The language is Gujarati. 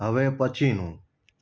હવે પછીનું